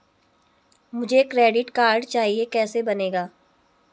मुझे credit card चाहिए कैसे बनेगा?